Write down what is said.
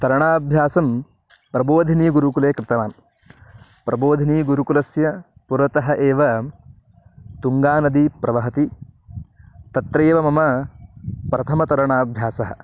तरणाभ्यासं प्रबोधिनीगुरुकुले कृतवान् प्रबोधिनीगुरुकुलस्य पुरतः एव तुङ्गानदी प्रवहति तत्रैव मम प्रथमतरणाभ्यासः